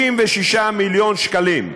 36 מיליון שקלים,